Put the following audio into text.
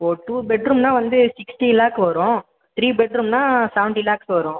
இப்போது two bed ரூம்னால் வந்து சிக்ஸ்ட்டி லேக் வரும் த்ரீ பெட் ரூம்னால் செவன்ட்டி லேக்ஸ் வரும்